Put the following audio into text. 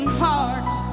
heart